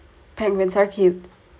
penguins are cute